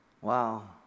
Wow